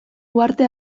uharte